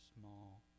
small